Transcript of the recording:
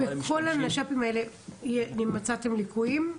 בכל הנש"פים האלה מצאתם ליקויים?